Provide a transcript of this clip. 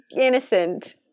innocent